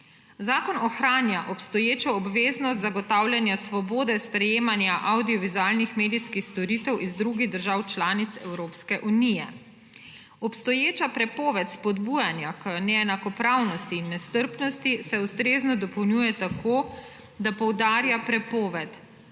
Zakon ohranja obstoječo obveznost zagotavljanja svobode sprejemanja avdiovizualnih medijskih storitev iz drugih držav članic Evropske unije. Obstoječa prepoved spodbujanja k neenakopravnosti in nestrpnosti se ustrezno dopolnjuje tako, da poudarja prepoved